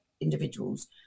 individuals